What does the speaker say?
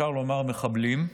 אפשר לומר מחבלים.